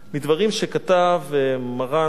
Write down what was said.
מדברים שכתב מרן,